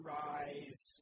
rise